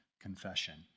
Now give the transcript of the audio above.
confession